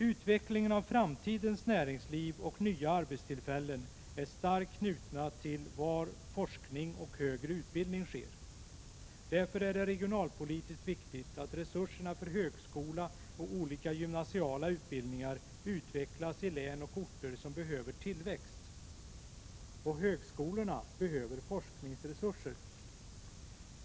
Utvecklingen av framtidens näringsliv och nya arbetstillfällen är starkt knuten till var forskning och högre utbildning sker. Därför är det regionalpolitiskt viktigt att resurserna för högskola och olika gymnasiala utbildningar utvecklas i län och orter som behöver tillväxt. Och högskolorna behöver forskningsresurser.